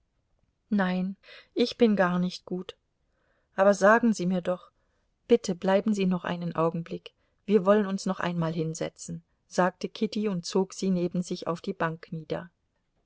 nein ich bin gar nicht gut aber sagen sie mir doch bitte bleiben sie noch einen augenblick wir wollen uns noch einmal hinsetzen sagte kitty und zog sie neben sich auf die bank nieder